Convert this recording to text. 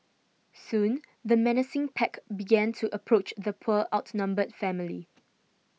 soon the menacing pack began to approach the poor outnumbered family